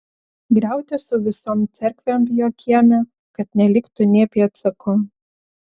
griauti su visom cerkvėm jo kieme kad neliktų nė pėdsako